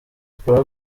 tugiye